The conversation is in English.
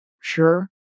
sure